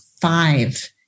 five